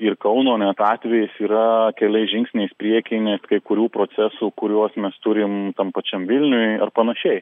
ir kauno net atvejis yra keliais žingsniais prieky net kai kurių procesų kuriuos mes turim tam pačiam vilniui ar panašiai